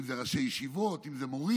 אם זה ראשי ישיבות, אם זה מורים.